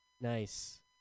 Nice